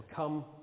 come